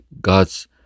God's